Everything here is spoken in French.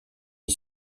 les